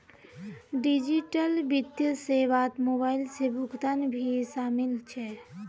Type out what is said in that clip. digital वित्तीय सेवात mobile से भुगतान भी शामिल छे